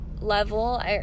level